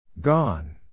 Gone